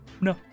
No